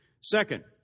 Second